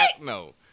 no